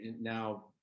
now